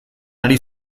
ari